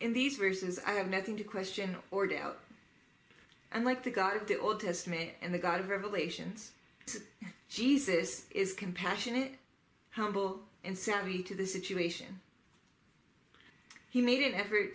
in these reasons i have nothing to question or doubt unlike the guard the old testament and the god of revelations jesus is compassionate humble and savvy to the situation he made an effort